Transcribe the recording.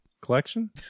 Collection